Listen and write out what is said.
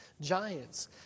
giants